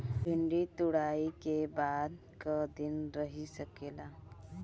भिन्डी तुड़ायी के बाद क दिन रही सकेला?